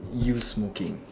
you smoking